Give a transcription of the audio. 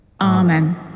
Amen